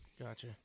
Gotcha